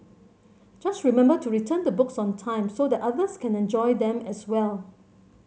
just remember to return the books on time so that others can enjoy them as well